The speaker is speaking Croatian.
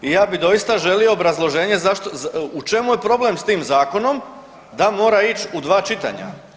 I ja bih doista želio obrazloženje zašto, u čemu je problem s tim zakonom, da mora ić u dva čitanja?